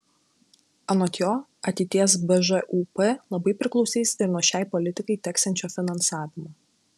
anot jo ateities bžūp labai priklausys ir nuo šiai politikai teksiančio finansavimo